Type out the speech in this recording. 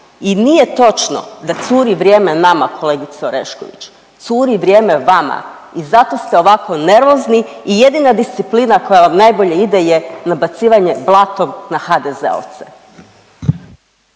I nije točno da curi vrijeme nama kolegice Orešković, curi vrijeme vama i zato ste ovako nervozni i jedina disciplina koja vam najbolje ide je nabacivanje blatom na HDZ-ovce.